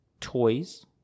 toys